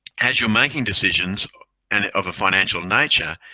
as you're making decisions and of a financial nature,